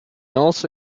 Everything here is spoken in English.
also